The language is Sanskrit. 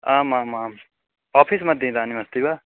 आमामाम् ओफ़िस्मध्ये इदानीम् अस्ति वा